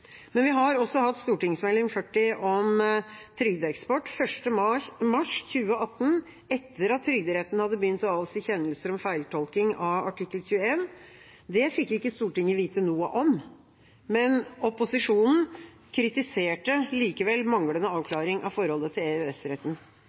Men vi har også hatt Meld. St. 40 for 2016–2017, om trygdeeksport, som ble behandlet i Stortinget den 1. mars 2018, etter at Trygderetten hadde begynt å avsi kjennelser om feiltolkning av artikkel 21. Det fikk ikke Stortinget vite noe om, men opposisjonen kritiserte likevel en manglende